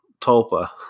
tulpa